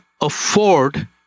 afford